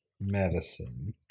medicine